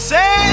Say